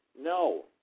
no